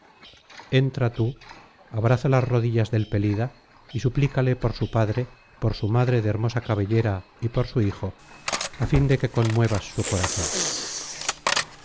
entra tú abraza las rodillas del pelida y suplícale por su padre por su madre de hermosa cabellera y por su hijo á fin de que conmuevas su corazón